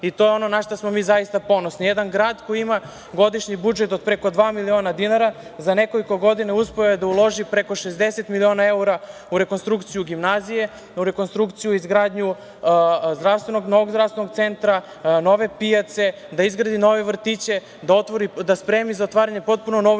i to je ono na šta smo zaista ponosni. Jedan grad koji ima godišnji budžet od preko dva miliona dinara za nekoliko godina uspeo je da uloži preko 60 miliona evra u rekonstrukciju gimnazije, rekonstrukciju, izgradnju novog zdravstvenog centra, nove pijace, da izgradi nove vrtiće, da spremi za otvaranje potpuno novu